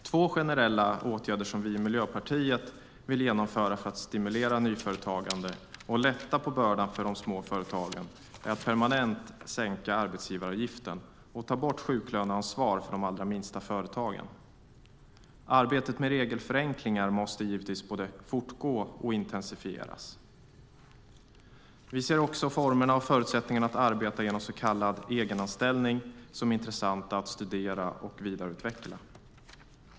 Två generella åtgärder som vi i Miljöpartiet vill genomföra för att stimulera nyföretagande och lätta på bördan för de små företagen är att permanent sänka arbetsgivaravgiften och ta bort sjuklöneansvaret för de allra minsta företagen. Arbetet med regelförenklingar måste givetvis både fortgå och intensifieras. Vi ser också formerna och förutsättningarna för att arbeta genom så kallad egenanställning som intressanta att studera och vidareutveckla.